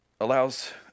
allows